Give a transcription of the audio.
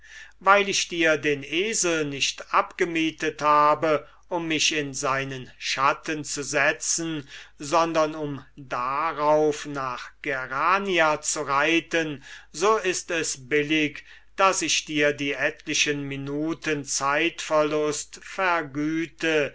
weil ich dir den esel nicht abgemietet habe um mich in seinen schatten zu setzen sondern um darauf nach gerania zu reiten so ist es billig daß ich dir die etlichen minuten zeitverlust vergüte